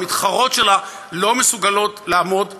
והמתחרות שלה לא מסוגלות לעמוד בתחרות.